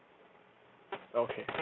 okay